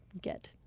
get